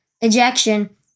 ejection